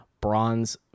bronze